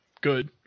good